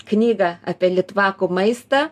knygą apie litvakų maistą